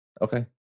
Okay